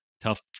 tough